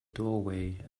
doorway